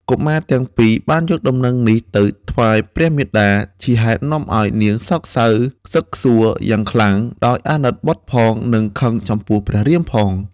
កុមារទាំងពីរ បានយកដំណឹងនេះទៅថ្វាយព្រះមាតា ជាហេតុនាំឱ្យនាងសោយសោកខ្សឹកខ្សួលយ៉ាងខ្លាំង ដោយអាណិតបុត្រផងនិងខឹងចំពោះព្រះរាមផង ។